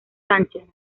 sánchez